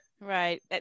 Right